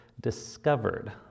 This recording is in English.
discovered